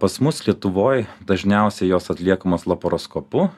pas mus lietuvoj dažniausiai jos atliekamos laparoskopu